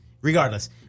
Regardless